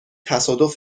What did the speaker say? تصادف